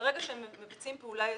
ברגע שהם מבצעים פעולה יזומה.